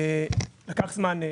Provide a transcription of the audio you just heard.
לקח זמן.